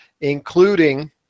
including